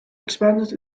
expanded